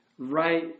Right